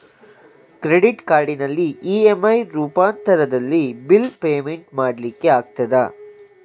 Credit ಕಾರ್ಡಿನಲ್ಲಿ EMI ರೂಪಾಂತರದಲ್ಲಿ bill payment ಮಾಡ್ಲಿಕ್ಕೆ ಆಗ್ತದ?